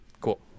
Cool